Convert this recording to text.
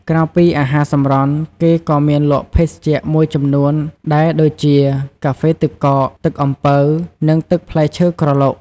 ក្រៅពីអាហារសម្រន់ គេក៏មានលក់ភេសជ្ជៈមួយចំនួនដែរដូចជា កាហ្វេទឹកកក ទឹកអំពៅ និងទឹកផ្លែឈើក្រឡុក។